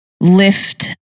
lift